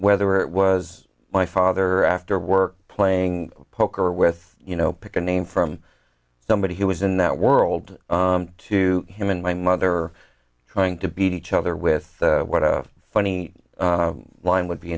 whether it was my father after work playing poker with you know pick a name from somebody who was in that world to him and my mother trying to beat each other with what a funny line would be